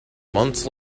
months